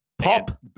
Pop